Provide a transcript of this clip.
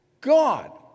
God